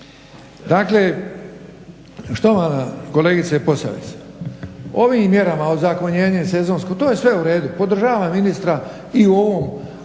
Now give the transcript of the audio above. Dakle, štovana kolegice POsavac ovim mjerama ozakonjenjem sezonskog to je sve uredu podržavam ministra i u ovom